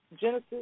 Genesis